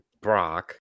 Brock